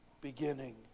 beginning